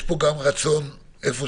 יש פה גם רצון של הממשלה,